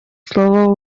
слово